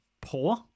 poor